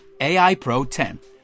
AIPRO10